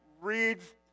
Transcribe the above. reads